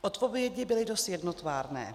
Odpovědi byly dost jednotvárné.